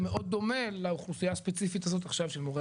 מאוד דומה לאוכלוסיה הספציפית הזאת עכשיו של מורי